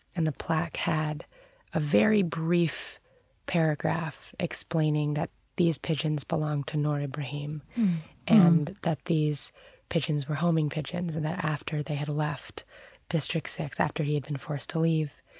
and the plaque had a very brief paragraph explaining that these pigeons belonged to noor ebrahim and that these pigeons were homing pigeons and that, after they had left district six, after he had been forced to leave,